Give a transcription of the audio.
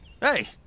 Hey